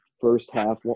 first-half